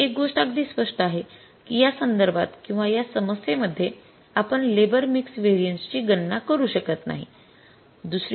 तर एक गोष्ट अगदी स्पष्ट आहे की या संदर्भात किंवा या समस्येमध्ये आपण लेबर मिक्स व्हेरिएन्सेस ची गणना करू शकत नाही